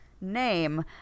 name